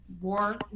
war